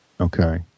Okay